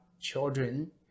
children